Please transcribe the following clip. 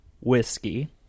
whiskey